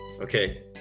okay